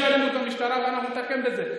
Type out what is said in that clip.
יש לנו המשטרה, אנחנו נטפל בזה.